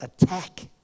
Attack